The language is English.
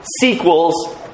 sequels